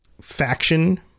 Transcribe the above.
Faction